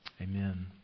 Amen